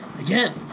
Again